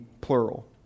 plural